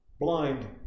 Blind